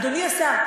אדוני השר,